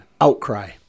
Outcry